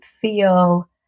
feel